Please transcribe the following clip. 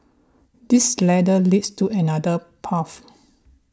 this ladder leads to another path